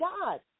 God